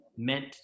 meant